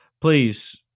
please